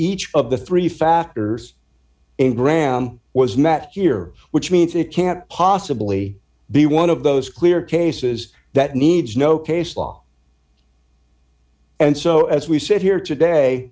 each of the three factors in graham was met here which means it can't possibly be one of those clear cases that needs no case law and so as we sit here today